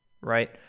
right